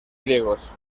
griegos